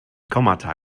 kommata